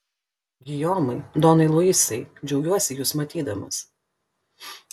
gijomai donai luisai džiaugiuosi jus matydamas